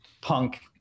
punk